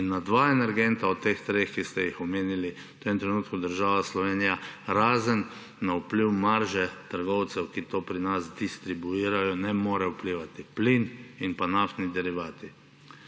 In na dva energenta od teh treh, ki ste jih omenili, v tem trenutku država Slovenija, razen na vpliv marže trgovcev, ki to pri nas distribuirajo, ne more vplivati, plin in naftni derivati.